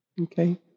Okay